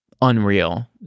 unreal